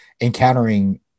encountering